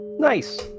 Nice